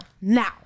now